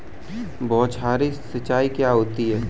बौछारी सिंचाई क्या होती है?